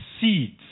seeds